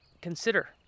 consider